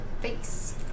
face